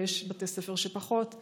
ויש בתי ספר שפחות,